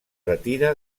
retira